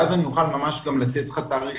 ואז אולי ממש גם לתת לך תאריכים,